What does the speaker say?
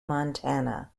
montana